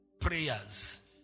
prayers